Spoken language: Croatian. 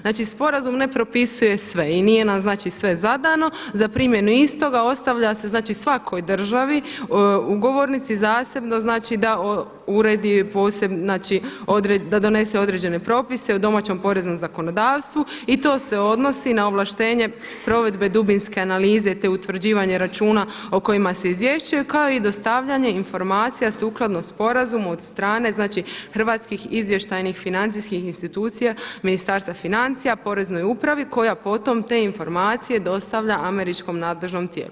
Znači sporazum ne propisuje sve i nije nam znači sve zadano za primjenu istoga ostavlja se znači svakoj državi, ugovornici zasebno, znači da donese određene propise i u domaćem poreznom zakonodavstvu i to se odnosi na ovlaštenje provedbe dubinske analize te utvrđivanje računa o kojima se izvješćuje, kao i dostavljanje informacija sukladno sporazumu od strane znači hrvatskih izvještajnih financijskih institucija Ministarstva financija, poreznoj upravi koja potom te informacije dostavlja američkom nadležnom tijelu.